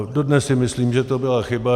Dodnes si myslím, že to byla chyba.